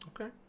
Okay